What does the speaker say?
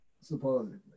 Supposedly